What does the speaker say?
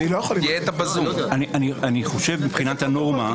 מבחינת הנורמה,